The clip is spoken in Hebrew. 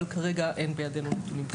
אבל כרגע אין בידנו נתונים.